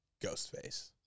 Ghostface